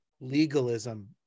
legalism